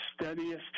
steadiest